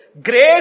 grace